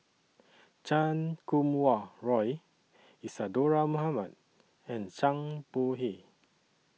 Chan Kum Wah Roy Isadhora Mohamed and Zhang Bohe